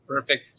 Perfect